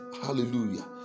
hallelujah